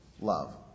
love